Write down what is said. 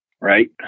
right